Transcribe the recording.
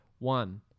One